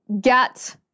get